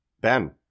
Ben